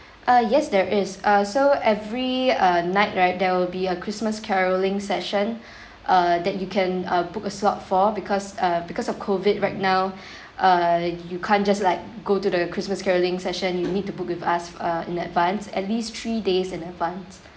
uh yes there is uh so every uh night right there will be a christmas carolling session uh that you can uh book a slot for because uh because of COVID right now uh you can't just like go to the christmas carolling session you need to book with us uh in advanced at least three days in advance